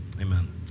amen